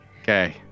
Okay